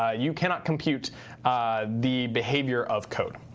ah you cannot compute the behavior of code.